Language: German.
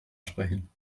sprechen